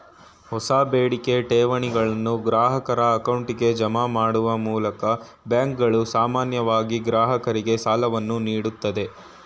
ಹೊಸ ಬೇಡಿಕೆ ಠೇವಣಿಗಳನ್ನು ಗ್ರಾಹಕರ ಅಕೌಂಟ್ಗೆ ಜಮಾ ಮಾಡುವ ಮೂಲ್ ಬ್ಯಾಂಕ್ಗಳು ಸಾಮಾನ್ಯವಾಗಿ ಗ್ರಾಹಕರಿಗೆ ಸಾಲವನ್ನು ನೀಡುತ್ತೆ